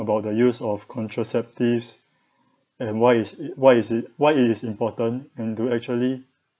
about the use of contraceptives and why is why is it why it is important and to actually